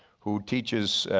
who teaches,